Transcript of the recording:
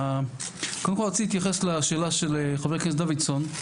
קודם כל רציתי להתייחס לשאלה של חבר הכנסת דוידסון,